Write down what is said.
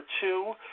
two